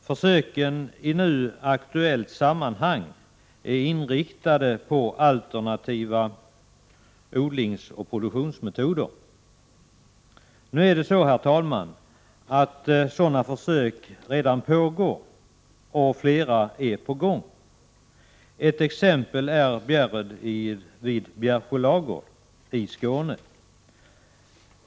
Försöken i nu aktuellt sammanhang är inriktade på alternativa odlingsoch produktionsmetoder. Herr talman! Sådana försök pågår redan och flera skall sättas i gång. Ett exempel är Bjärred vid Bjärsjölagård i Skåne.